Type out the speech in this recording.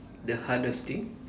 the hardest thing